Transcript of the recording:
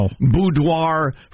boudoir